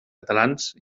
catalans